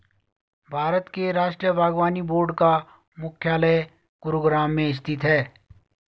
भारत के राष्ट्रीय बागवानी बोर्ड का मुख्यालय गुरुग्राम में स्थित है